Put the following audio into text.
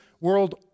world